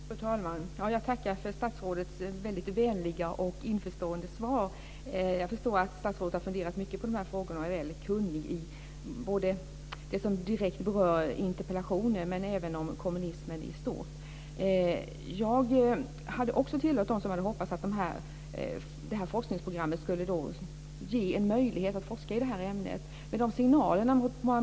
Fru talman! Jag tackar för statsrådets vänliga och införstående svar. Jag förstår att statsrådet har funderat mycket på dessa frågor och är kunnig, både om det som direkt berör interpellationen och kommunismen i stort. Jag tillhör dem som hade hoppats att forskningsprogrammet skulle ge en möjlighet att forska i ämnet.